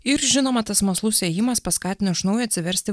ir žinoma tas mąslus ėjimas paskatino iš naujo atsiversti